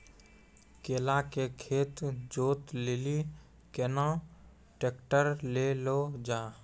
केला के खेत जोत लिली केना ट्रैक्टर ले लो जा?